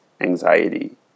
anxiety